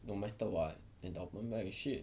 no matter what endowment plan is shit